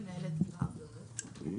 אני מנהלת בר בשוק מחנה יהודה.